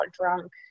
drunk